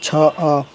ଛଅ